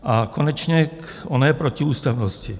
A konečně k oné protiústavnosti.